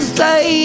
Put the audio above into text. say